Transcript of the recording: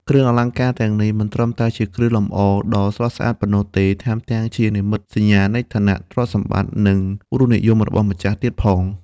គ្រឿងអលង្ការទាំងនេះមិនត្រឹមតែជាគ្រឿងលម្អដ៏ស្រស់ស្អាតប៉ុណ្ណោះទេ ថែមទាំងជានិមិត្តសញ្ញានៃឋានៈ ទ្រព្យសម្បត្តិ និងរសនិយមរបស់ម្ចាស់ទៀតផង។